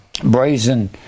brazen